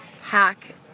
hack